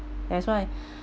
that's why